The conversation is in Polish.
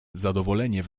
zadowolenie